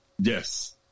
Yes